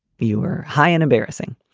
fewer high and embarrassing.